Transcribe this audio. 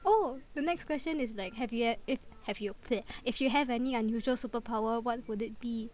oh the next question is like have you ev~ have you if you have any unusual superpower what would it be